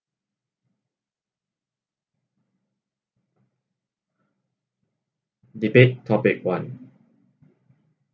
debate topic one